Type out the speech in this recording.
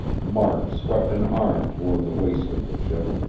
mark swept an arm toward the waist of the ship,